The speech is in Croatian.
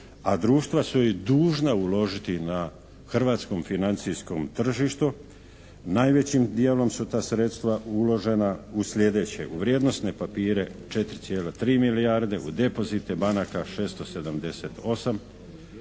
a društva su ih dužna uložiti na hrvatskom financijskom tržištu. Najvećim dijelom su ta sredstva uložena u sljedeće: u vrijednosne papire 4,3 milijarde, u depozite banaka 678 milijuna